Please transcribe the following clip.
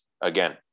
again